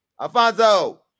Alfonso